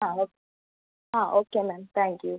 ആ ആ okay ma'am thank U